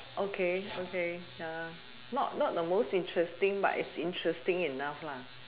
okay okay ya not not the most interesting but it's interesting enough lah